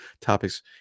topics